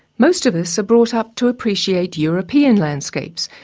most of us are brought up to appreciate european landscapes,